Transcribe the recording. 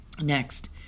Next